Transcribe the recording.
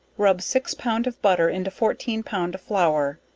rub six pound of butter into fourteen pound of flour,